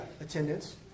attendance